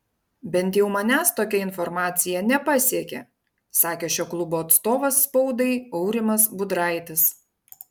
bent jau manęs tokia informacija nepasiekė sakė šio klubo atstovas spaudai aurimas budraitis